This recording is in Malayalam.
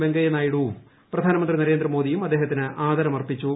വെങ്കയ്യനായിഡുവും പ്രധാനമന്ത്രി നരേന്ദ്രമോദിയും അദ്ദേഹത്തിന് ആദരം അർപ്പിച്ചു